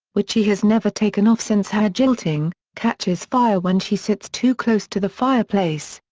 which she has never taken off since her jilting, catches fire when she sits too close to the fireplace.